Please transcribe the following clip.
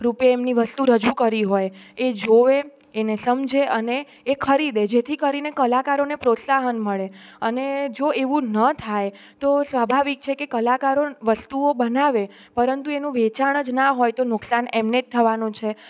રૂપે એમની વસ્તુ રજૂ કરી હોય એ જોવે એને સમજે અને એ ખરીદે જેથી કરીને કલાકારોને પ્રોત્સાહન મળે અને જો એવું ન થાય તો સ્વાભાવિક છે કે કલાકારો વસ્તુઓ બનાવે પરંતુ એનું વેચાણ જ ના હોય તો નુકસાન એમને જ થવાનું છે